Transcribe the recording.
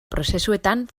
prozesuetan